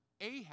Ahab